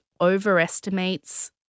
overestimates